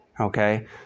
Okay